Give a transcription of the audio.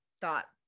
thought